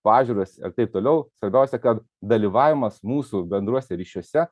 pažiūros ir taip toliau svarbiausia kad dalyvavimas mūsų bendruose ryšiuose